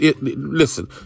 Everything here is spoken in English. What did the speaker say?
Listen